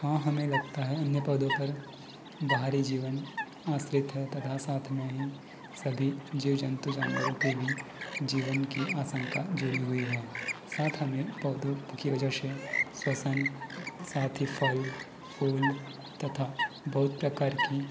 हाँ हमें लगता है अन्य पौधों पर बाहरी जीवन आश्रित है तथा साथ में ही सभी जीव जंतु जानवरों केभी जीवन की आशंका जुड़ी हुई है साथ हमें पौधों की वजह से स्वसन साथ ही फल फूल तथा बहुत प्रकार की